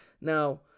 Now